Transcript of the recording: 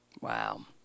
Wow